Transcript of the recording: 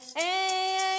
hey